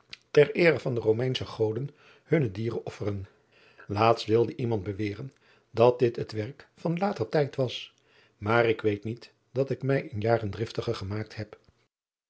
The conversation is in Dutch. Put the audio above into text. eidenen tereere van de omeinsche oden hunne dieren offeren aatst wilde iemand beweren dat dit het werk van later tijd was maar ik weet niet dat ik mij in jaren driftiger gemaakt heb